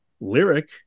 lyric